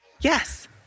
Yes